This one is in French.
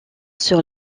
sur